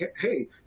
hey